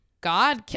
God